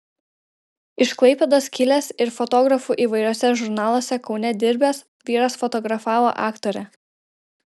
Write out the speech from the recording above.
iš klaipėdos kilęs ir fotografu įvairiuose žurnaluose kaune dirbęs vyras fotografavo aktorę